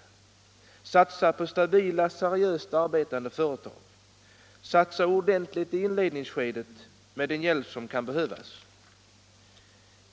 Man måste satsa på stabila och seriöst arbetande företag — stödja dem ordentligt i inledningsskedet i den utsträckning som behövs.